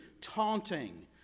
taunting